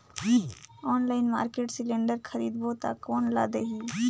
Online market cylinder खरीदबो ता कोन ला देही?